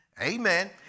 Amen